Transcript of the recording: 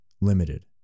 limited